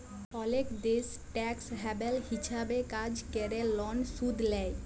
অলেক দ্যাশ tax haven হিছাবে কাজ ক্যরে লন শুধ লেই